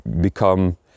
become